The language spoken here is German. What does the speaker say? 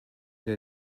der